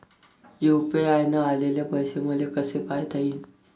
UPI न आलेले पैसे मले कसे पायता येईन?